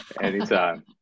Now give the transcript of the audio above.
Anytime